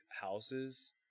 houses